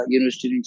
University